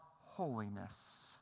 holiness